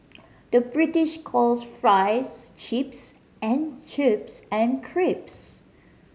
the British calls fries chips and chips and crisps